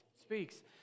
speaks